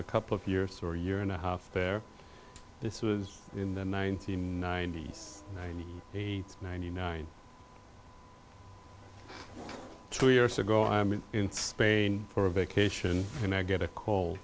a couple of years for a year and a half their this was in the ninety ninety ninety eight ninety nine two years ago i'm in spain for a vacation and i get a c